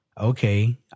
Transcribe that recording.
okay